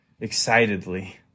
excitedly